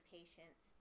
patients